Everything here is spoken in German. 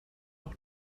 noch